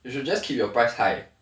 you should just keep your price high